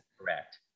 correct